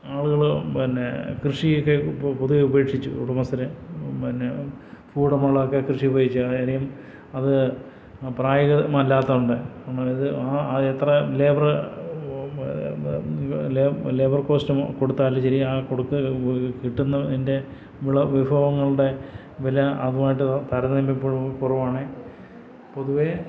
ആളുകൾ പിന്നെ കൃഷിയൊക്കെ ഇപ്പോൾ പൊതുവേ ഉപേക്ഷിച്ചു ഉടമസ്ഥർ പിന്നെ കൂടുതലുള്ള കൃഷിയുപേക്ഷിച്ചു കാര്യം അത് പ്രായോഗികമല്ലാത്തതുകൊണ്ട് നമ്മളത് ആയെത്ര ലേബറ് ലേബർ കോസ്റ്റിന് കൊടുത്താലും ശരി ആ കൊടുത്താൽ കിട്ടുന്നതിൻ്റെ വിളവ് വിഭവങ്ങളുടെ വില അതുമായിട്ട് താരതമ്യപ്പെടുമ്പോൾ കുറവാണ് പൊതുവേ